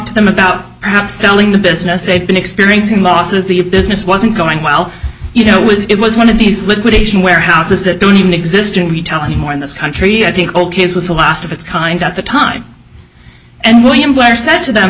to them about perhaps telling the business they'd been experiencing losses the business wasn't going well you know it was it was one of these liquidation warehouses that don't even exist in retail and more in this country i think ok it was the last of its kind out the time and william blair said to them